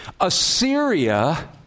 Assyria